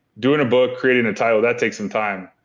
doing a book, creating a title, that takes some time.